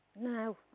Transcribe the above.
No